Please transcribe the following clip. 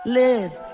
live